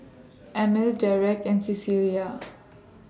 Emil Dereck and Cecilia